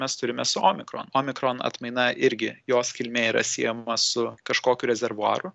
mes turime su omikron omikron atmaina irgi jos kilmė yra siejama su kažkokiu rezervuaru